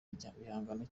igihangano